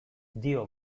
dio